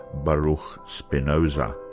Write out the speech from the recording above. baruch spinoza.